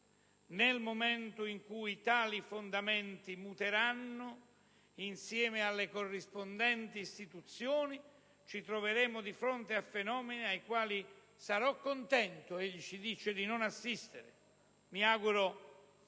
Nel momento in cui tali fondamenti muteranno - insieme alle corrispondenti istituzioni - ci troveremo di fronte a fenomeni ai quali sarò contento di non assistere: mi auguro per